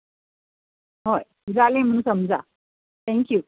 हय जालें म्हण समजा थॅंक यू